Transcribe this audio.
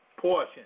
portion